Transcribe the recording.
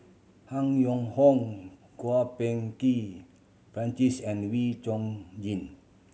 Han Yong Hong Kwok Peng Kin Francis and Wee Chong Jin